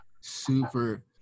Super